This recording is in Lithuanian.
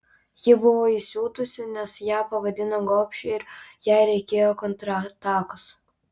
ji buvo įsiutusi nes ją pavadino gobšia ir jai reikėjo kontratakos